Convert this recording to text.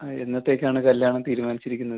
ആ എന്നത്തേക്കാണ് കല്യാണം തീരുമാനിച്ചിരിക്കുന്നത്